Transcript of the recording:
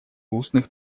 устных